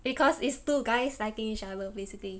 because it's two guys liking each other basically